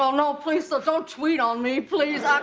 ah know. please so don't tweet on me please. um